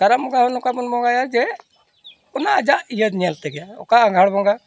ᱠᱟᱨᱟᱢ ᱵᱚᱸᱜᱟ ᱦᱚᱸ ᱱᱚᱝᱠᱟ ᱵᱚᱱ ᱵᱚᱸᱜᱟᱭᱟ ᱡᱮ ᱚᱱᱟ ᱟᱡᱟᱜ ᱤᱭᱟᱹ ᱧᱮᱞ ᱛᱮᱜᱮ ᱚᱠᱟ ᱟᱸᱜᱷᱟᱬ ᱵᱚᱸᱜᱟ